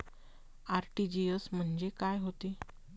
RTGS म्हंजे काय होते?